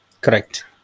Correct